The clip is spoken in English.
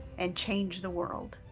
and change the world!